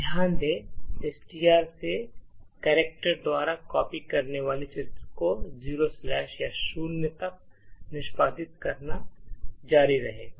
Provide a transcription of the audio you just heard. ध्यान दें एसटीआर से कैरेक्टर द्वारा कॉपी करने वाले चरित्र को 0 या शून्य तक निष्पादित करना जारी रहेगा